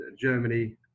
Germany